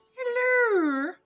Hello